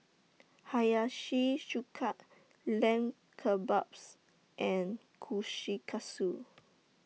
Hiyashi Chuka Lamb Kebabs and Kushikatsu